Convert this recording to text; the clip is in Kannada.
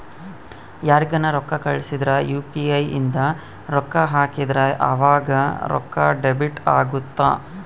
ಯಾರ್ಗನ ರೊಕ್ಕ ಕಳ್ಸಿದ್ರ ಯು.ಪಿ.ಇ ಇಂದ ರೊಕ್ಕ ಹಾಕಿದ್ರ ಆವಾಗ ರೊಕ್ಕ ಡೆಬಿಟ್ ಅಗುತ್ತ